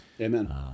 amen